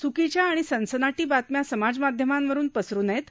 च्कीच्या आणि सनसनाटी बातम्या समाज माध्यमांवरून पसरू देऊ नयेत